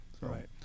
Right